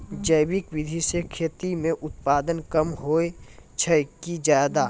जैविक विधि से खेती म उत्पादन कम होय छै कि ज्यादा?